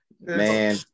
Man